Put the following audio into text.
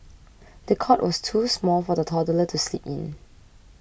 the cot was too small for the toddler to sleep in